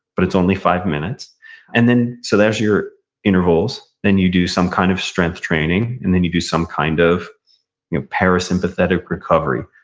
but it's only five minutes and then so there's your intervals. and then you do some kind of strength training. and then you do some kind of parasympathetic recovery.